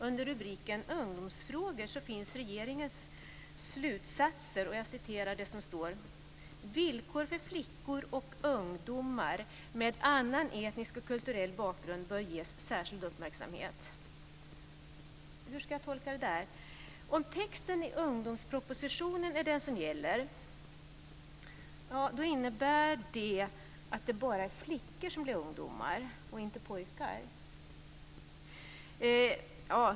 Under rubriken Ungdomsfrågor finns regeringens slutsatser: "- villkoren för flickor och ungdomar med annan etnisk och kulturell bakgrund bör ges särskild uppmärksamhet." Hur ska jag tolka detta? Om texten i ungdomspropositionen är det som gäller innebär det att bara flickor blir ungdomar och inte pojkar.